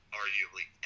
arguably